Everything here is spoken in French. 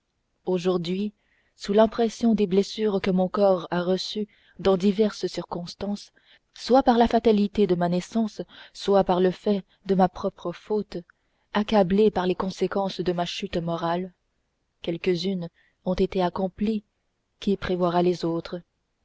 aujourd'hui sous l'impression des blessures que mon corps a reçues dans diverses circonstances soit par la fatalité de ma naissance soit par le fait de ma propre faute accablé par les conséquences de ma chute morale